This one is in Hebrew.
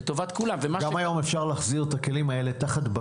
לטובת כולם.